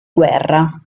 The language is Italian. guerra